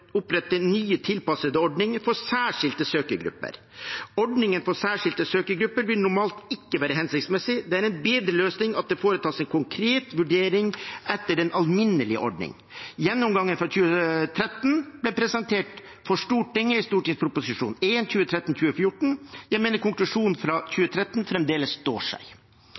opprette nye tilpassede ordninger for særskilte søkergrupper. Ordningen for særskilte søkergrupper vil normalt ikke være hensiktsmessig. Det er en bedre løsning at det foretas en konkret vurdering etter en alminnelig ordning. Gjennomgangen fra 2013 ble presentert for Stortinget i Prop. 1 S for 2013–2014. Jeg mener konklusjonen fra 2013 fremdeles står seg.